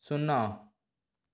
ଶୂନ